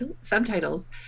subtitles